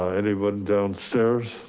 anyone downstairs,